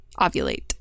ovulate